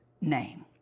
name